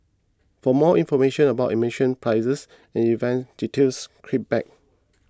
for more information about admission prices and event details click back